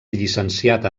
llicenciat